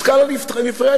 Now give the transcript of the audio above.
הן סקאלה נפרדת.